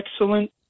excellent